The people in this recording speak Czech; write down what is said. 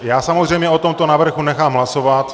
Já samozřejmě o tomto návrhu nechám hlasovat.